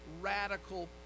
radical